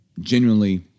genuinely